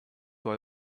why